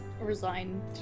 resigned